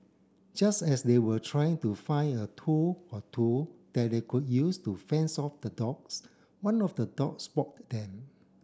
just as they were trying to find a tool or two that they could use to fence off the dogs one of the dogs spot them